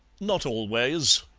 not always,